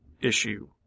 issue